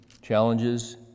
challenges